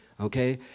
okay